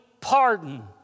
pardon